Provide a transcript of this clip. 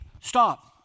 Stop